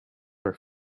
were